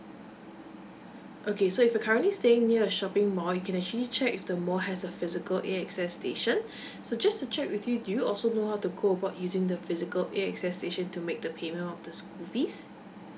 okay so if you're currently staying near a shopping mall you can actually check if the mall has a physical A_X_S station so just to check with you do you also know how to go about using the physical A_X_S station to make the payment of the school fees